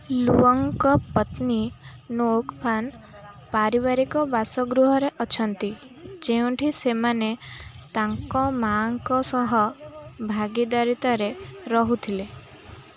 ଲୁଅଙ୍ଗ୍ଙ୍କ ପତ୍ନୀ ନୋକ୍ଫାନ୍ ପାରିବାରିକ ବାସଗୃହରେ ଅଛନ୍ତି ଯେଉଁଠି ସେମାନେ ତା'ଙ୍କ ମା'ଙ୍କ ସହ ଭାଗୀ ଦାରିତାରେ ରହୁଥିଲେ